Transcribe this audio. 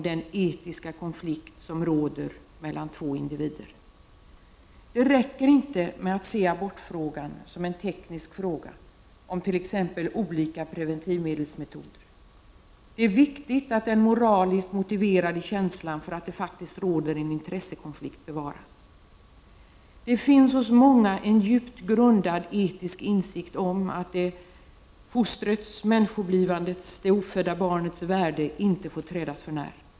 Det räcker inte med att se abortfrågan som en teknisk fråga om t.ex. olika preventivmedelsmetoder. Det är viktigt att den moraliskt motiverade känslan för att det faktiskt råder en intressekonflikt bevaras. Det finns hos många en djupt grundad etisk insikt om att fostrets, människoblivandets och det ofödda barnets, värde inte får trädas för när.